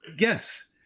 yes